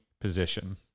position